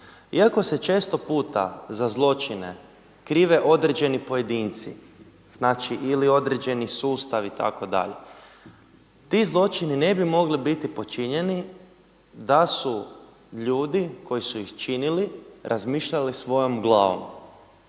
Iako se često puta za zločine krive određeni pojedinci, znači ili određeni sustavi itd. Ti zločini ne bi mogli biti počinjeni da su ljudi koji su ih činili razmišljali svojom glavom.